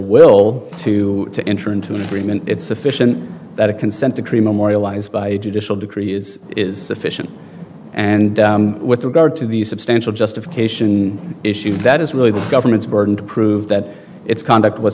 will to to enter into an agreement it's sufficient that a consent decree memorialized by judicial decrees is official and with regard to the substantial justification issue that is really the government's burden to prove that its conduct was